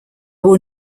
will